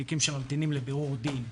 תיקים שממתינים לבירור דין,